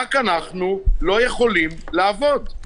רק אנחנו לא יכולים לעבוד.